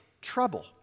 trouble